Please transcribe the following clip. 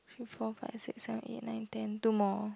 three four five six seven eight nine ten two more